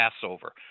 Passover